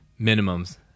minimums